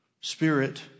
spirit